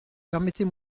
permettez